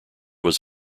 was